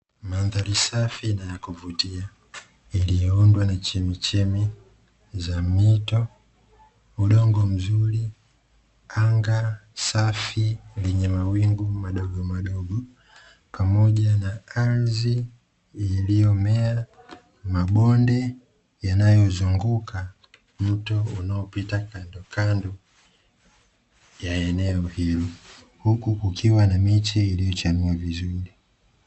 Mandhari safi na ya kuvutia iliyoundwa na chemichemi za mito, udongo mzuri, anga safi lenye mawingu madogo madogo pamoja na ardhi iliyomea mabonde yanayozunguka mto unaopita kando kando ya eneo hilo huku kukiwa na miche iliyochanua vizuri.